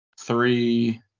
three